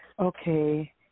Okay